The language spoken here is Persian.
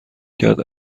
کرد